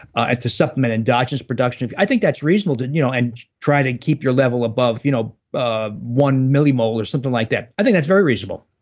ah to supplement endogenous production, i think that's reasonable to and you know and try and keep your level above you know um one millimole or something like that. i think that's very reasonable.